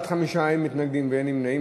בעד, 5, אין מתנגדים ואין נמנעים.